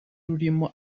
rurimo